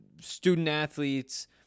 student-athletes